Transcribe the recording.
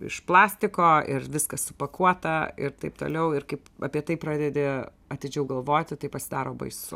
iš plastiko ir viskas supakuota ir taip toliau ir kaip apie tai pradedi atidžiau galvoti tai pasidaro baisu